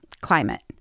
climate